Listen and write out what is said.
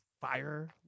fire